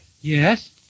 Yes